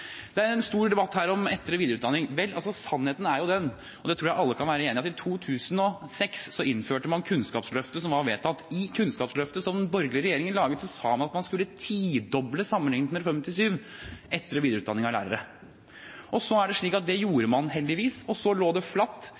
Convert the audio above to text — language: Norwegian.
Det er en stor debatt her om etter- og videreutdanning. Vel, sannheten er – og det tror jeg alle kan være enige i – at i 2006 innførte man Kunnskapsløftet, som var vedtatt. I Kunnskapsløftet, som den borgerlige regjeringen laget, sa man at man skulle tidoble etter- og videreutdanning av lærere sammenlignet med Reform 97. Det gjorde man heldigvis, og så lå det flatt